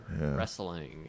wrestling